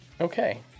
Okay